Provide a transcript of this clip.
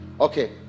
okay